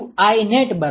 બીજો કોઈ પ્રશ્ન